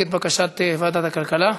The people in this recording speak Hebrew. בקשת הפיצול של ועדת הפנים והגנת הסביבה התקבלה.